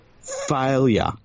failure